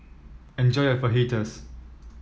enjoy your Fajitas